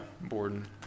Borden